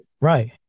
right